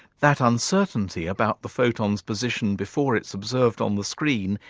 that uncertainty about the photons position before it's observed on the screen,